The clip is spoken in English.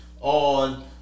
on